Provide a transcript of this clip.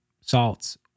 salts